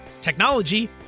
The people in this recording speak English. technology